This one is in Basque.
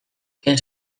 ken